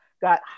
got